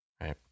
right